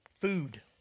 Food